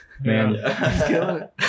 man